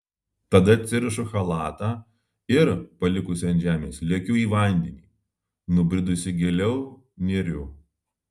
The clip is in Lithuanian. tada atsirišu chalatą ir palikusi ant žemės lekiu į vandenį nubridusi giliau neriu